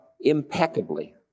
impeccably